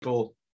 People